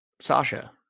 Sasha